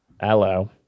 hello